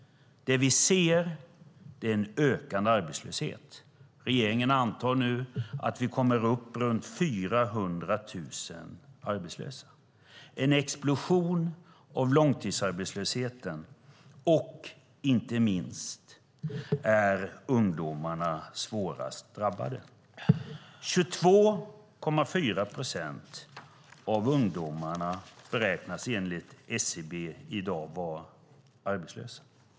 Det vi ser är en ökande arbetslöshet. Regeringen antar nu att vi kommer upp i runt 400 000 arbetslösa. Det är en explosion av antalet långtidsarbetslösa, och ungdomarna är svårast drabbade. 22,4 procent av ungdomarna beräknas enligt SCB i dag vara arbetsösa.